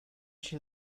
she